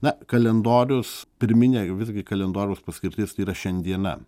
na kalendorius pirminė visgi kalendoriaus paskirtis tai yra šiandiena